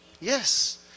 Yes